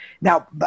Now